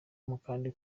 mukande